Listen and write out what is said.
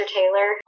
Taylor